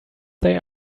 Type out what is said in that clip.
they